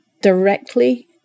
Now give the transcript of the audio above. directly